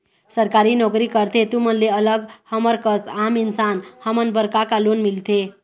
सरकारी नोकरी करथे तुमन ले अलग हमर कस आम इंसान हमन बर का का लोन मिलथे?